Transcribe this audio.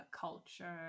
culture